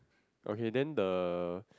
okay then the